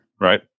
right